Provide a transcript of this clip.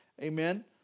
amen